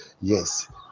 yes